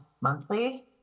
monthly